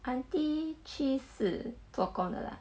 auntie chi 是做工的 lah